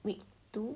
week two